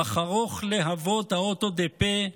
בחרוך להבות האוטו דה-פה,